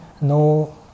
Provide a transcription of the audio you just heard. no